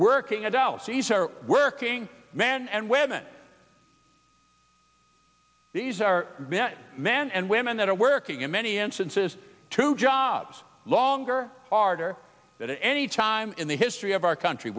working adults these are working men and women these are men and women that are working in many instances two jobs longer harder than any time in the history of our country